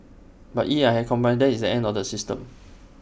but if I had compromised that is the end of the system